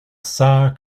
sœur